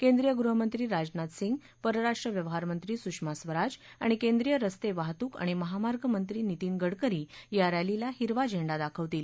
केंद्रीय गृहमंत्री राजनाथ सिंह परराष्ट्र व्यवहारमंत्री सुषमा स्वराज आणि केंद्रीय रस्ते वाहतूक आणि महामार्गमंत्री नितीन गडकरी या रस्तीला हिरवा झेंडा दाखवतील